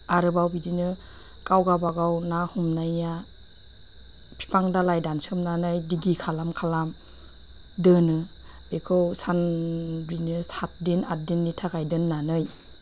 आरोबाव बिदिनो गाव गावबागाव ना हमनाया बिफां दालाय दानसोमनानै दिगि खालाम खालाम दोनो बेखौ सान बिदिनो सात दिन आथ दिननि थाखाय दोननानै